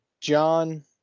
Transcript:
John